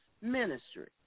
ministry